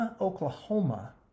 Oklahoma